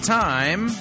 time